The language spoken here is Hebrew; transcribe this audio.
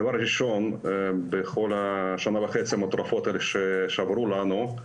דבר ראשון בכל השנה וחצי המטורפות האלה שעברו עלינו,